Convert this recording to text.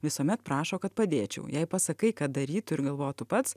visuomet prašo kad padėčiau jei pasakai kad darytų ir galvotų pats